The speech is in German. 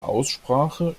aussprache